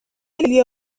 علی